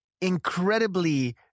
incredibly